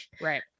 Right